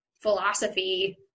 philosophy